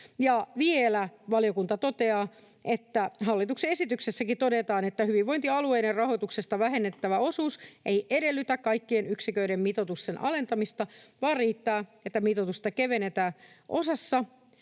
Vielä valiokunta toteaa, että hallituksen esityksessäkin todetaan, että hyvinvointialueiden rahoituksesta vähennettävä osuus ei edellytä kaikkien yksiköiden mitoituksen alentamista, vaan riittää, että mitoitusta kevennetään osassa